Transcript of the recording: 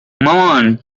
مامان